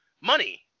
money